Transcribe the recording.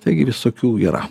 taigi visokių yra